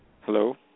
Hello